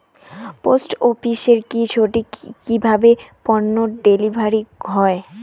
Post অফিসে কি সঠিক কিভাবে পন্য ডেলিভারি হয়?